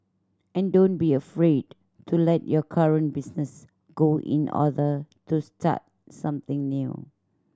and don't be afraid to let your current business go in order to start something new